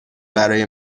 برای